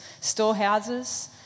storehouses